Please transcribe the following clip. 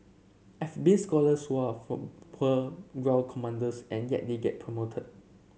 I've been scholars who are of poor ground commanders and yet they get promoted